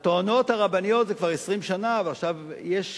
הטוענות הרבניות, זה כבר 20 שנה, ועכשיו יש קידום,